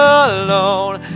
alone